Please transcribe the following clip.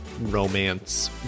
romance